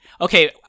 okay